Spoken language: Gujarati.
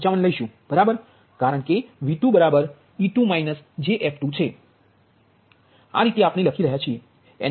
03155 લઈશું બરાબર કારણ કે V2 બરાબર e2 jf2છે આ રીતે આપણે લઈ રહ્યા છીએ